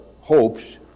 hopes